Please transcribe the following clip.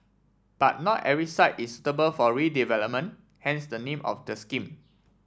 but not every site is suitable for redevelopment hence the name of the scheme